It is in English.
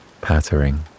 pattering